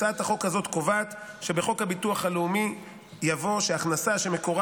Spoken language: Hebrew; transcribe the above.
הצעת החוק הזאת קובעת שבחוק הביטוח הלאומי יבוא שהכנסה שמקורה